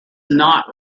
not